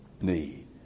need